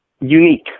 Unique